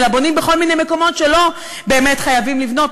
אלא בונים בכל מיני מקומות שלא באמת חייבים לבנות.